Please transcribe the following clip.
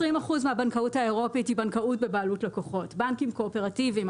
20% מהבנקאות האירופית היא בנקאות בבעלות לקוחות בנקים קואופרטיבים,